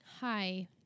hi